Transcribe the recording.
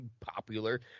popular